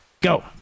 Go